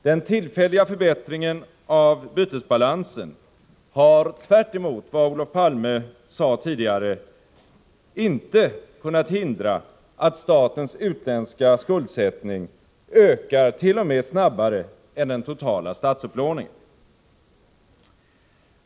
Den tillfälliga förbättringen av bytesbalansen har inte — tvärt emot vad Olof Palme sade tidigare — kunnat hindra att statens utländska skuldsättning ökar t.o.m. snabbare än den totala statsupplåningen.